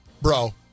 Bro